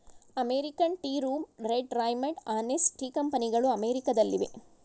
American tea room, red Raymond, Hanes tea ಕಂಪನಿಗಳು ಅಮೆರಿಕದಲ್ಲಿವೆ